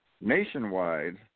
Nationwide